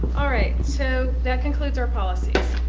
alright so that concludes our policies.